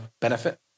benefit